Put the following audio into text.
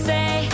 Say